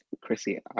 Chrissy